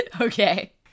okay